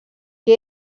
que